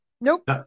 nope